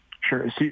Sure